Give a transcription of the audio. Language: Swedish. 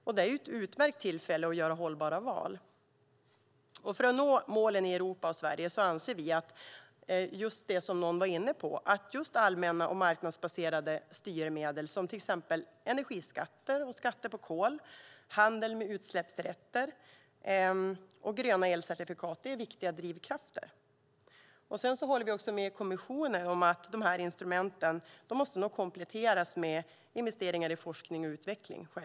Det här är ett utmärkt tillfälle att göra hållbara val. För att nå målen i Europa och Sverige anser vi, som någon var inne på, att just allmänna och marknadsbaserade ekonomiska styrmedel, som energiskatter, skatter på kol, handel med utsläppsrätter och gröna elcertifikat, är viktiga drivkrafter. Vi håller också med kommissionen om att instrumenten måste kompletteras med investeringar i forskning och utveckling.